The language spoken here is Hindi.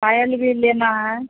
पायल भी लेना है